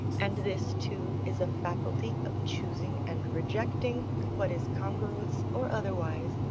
and this too is a faculty of choosing and rejecting what is congruous or otherwise,